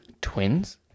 Twins